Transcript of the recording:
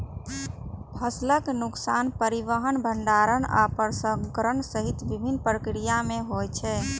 फसलक नुकसान परिवहन, भंंडारण आ प्रसंस्करण सहित विभिन्न प्रक्रिया मे होइ छै